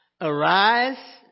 Arise